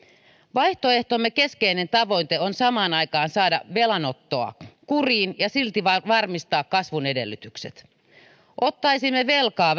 vaihtoehtomme keskeinen tavoite on samaan aikaan saada velanottoa kuriin ja silti varmistaa kasvun edellytykset ottaisimme velkaa